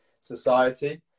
society